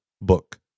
book